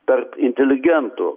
tarp inteligentų